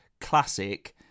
classic